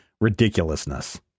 ridiculousness